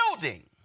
building